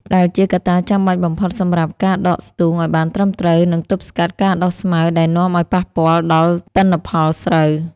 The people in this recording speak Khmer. ដែលជាកត្តាចាំបាច់បំផុតសម្រាប់ការដកស្ទូងឱ្យបានត្រឹមត្រូវ និងទប់ស្កាត់ការដុះស្មៅដែលនាំឱ្យប៉ះពាល់ដល់ទិន្នផលស្រូវ។